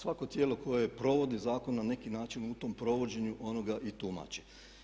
Svako tijelo koje provodi zakon na neki način u tom provođenju ono ga i tumači.